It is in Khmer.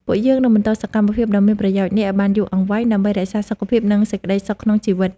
ពួកយើងនឹងបន្តសកម្មភាពដ៏មានប្រយោជន៍នេះឱ្យបានយូរអង្វែងដើម្បីរក្សាសុខភាព និងសេចក្តីសុខក្នុងជីវិត។